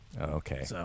Okay